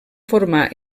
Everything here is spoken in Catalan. formar